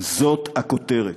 זו הכותרת.